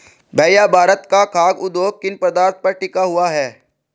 भैया भारत का खाघ उद्योग किन पदार्थ पर टिका हुआ है?